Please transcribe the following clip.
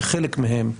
שחלק מהם,